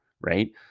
Right